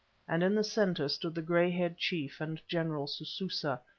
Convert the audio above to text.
and in the centre stood the grey-haired chief and general, sususa,